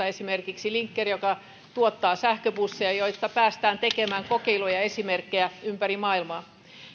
esimerkiksi linkker joka tuottaa sähköbusseja joista päästään tekemään kokeiluja esimerkkejä ympäri maailmaa